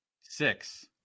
six